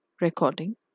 Recording